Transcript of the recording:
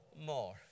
more